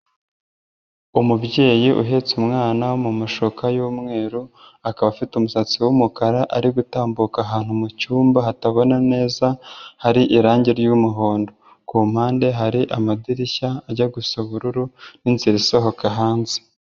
Umubyeyi uhetse umwana mu mashuka y'umweru, akaba afite umusatsi w'umukara ari gutambuka ahantu mu cyumba hatabona neza hari irangi ry'umuhondo, ku mpande hari amadirishya ajya gusa ubururu n'inzira isohoka hanze.